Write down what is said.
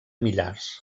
millars